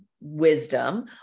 wisdom